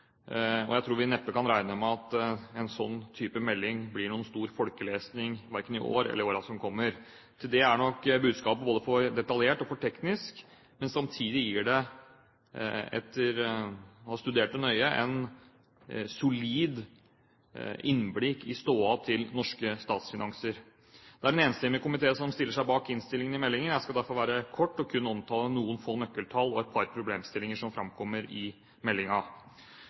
og jeg tror vi neppe kan regne med at en sånn type melding blir noen stor folkelesning, verken i år eller i årene som kommer. Til det er nok budskapet både for detaljert og for teknisk, men samtidig gir det – etter å ha studert det nøye – et solid innblikk i stoda til norske statsfinanser. Det er en enstemmig komité som stiller seg bak innstillingen til meldingen. Jeg skal derfor være kort og kun omtale noen få nøkkeltall og et par problemstillinger som framkommer i